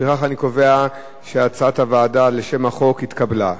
לפיכך אני קובע שהצעת הוועדה לשם החוק התקבלה.